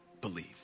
believe